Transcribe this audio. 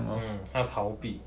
mm 他逃避